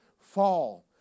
fall